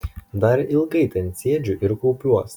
dar ilgai ten sėdžiu ir kaupiuos